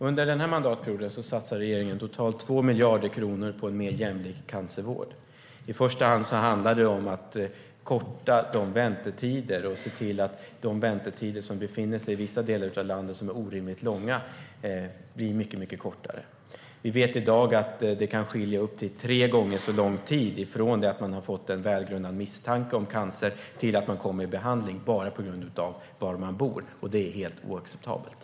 Under denna mandatperiod satsar regeringen totalt 2 miljarder kronor på en mer jämlik cancervård. Det handlar i första hand om att korta väntetider och se till att väntetider i vissa delar av landet som är orimligt långa blir mycket kortare. Vi vet i dag att det kan skilja upp till tre gånger så lång till från det att man har fått en välgrundad misstanke om cancer till att man kommer till behandling bara på grund av var man bor. Det är helt oacceptabelt.